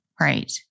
Right